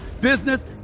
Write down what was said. business